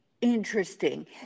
Interesting